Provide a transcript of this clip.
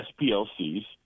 SPLC's